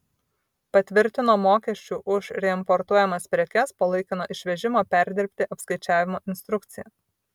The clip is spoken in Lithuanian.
patvirtino mokesčių už reimportuojamas prekes po laikino išvežimo perdirbti apskaičiavimo instrukciją